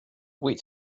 wait